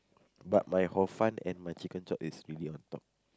but my hor-fun and my chicken chop is really on top